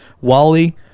Wally